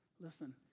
Listen